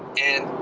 and,